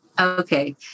Okay